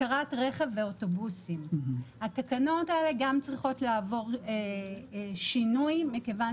השכרת רכב ואוטובוסים התקנות האלה גם צריכות לעבור שינוי מכיוון